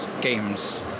games